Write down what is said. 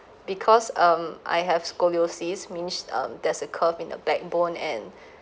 because um I have scoliosis means um there's a curve in the backbone and